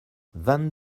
vingt